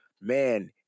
man